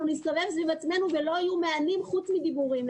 נסתובב סביב עצמנו ולא יהיו מענים חוץ מדיבורים,